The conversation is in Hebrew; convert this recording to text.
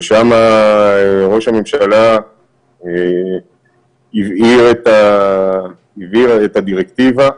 ושם ראש הממשלה הבהיר את הדירקטיבה,